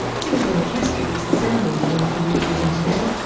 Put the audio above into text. timothy nicastri is the sound engineer for rear vision today.